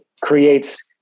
creates